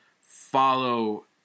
follow